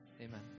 Amen